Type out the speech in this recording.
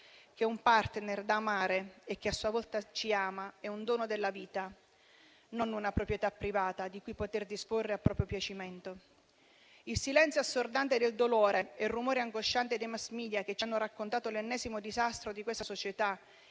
che un *partner* da amare e che a sua volta ci ama è un dono della vita, non una proprietà privata di cui poter disporre a proprio piacimento. Il silenzio assordante del dolore e il rumore angosciante dei mass media che ci hanno raccontato l'ennesimo disastro di questa società,